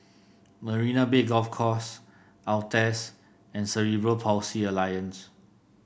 Marina Bay Golf Course Altez and Cerebral Palsy Alliance